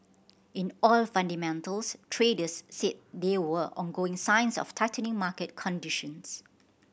in oil fundamentals traders said there were ongoing signs of tightening market conditions